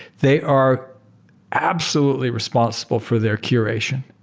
they are absolutely responsible for their curation.